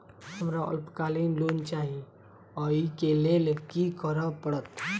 हमरा अल्पकालिक लोन चाहि अई केँ लेल की करऽ पड़त?